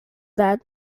that